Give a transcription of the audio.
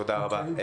תודה רבה.